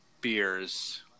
beers